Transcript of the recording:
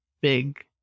big